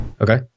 Okay